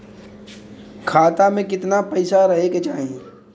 खाता में कितना पैसा रहे के चाही?